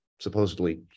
supposedly